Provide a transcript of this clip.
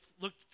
looked